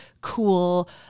cool